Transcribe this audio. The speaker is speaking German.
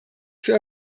für